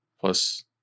plus